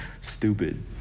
stupid